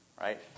right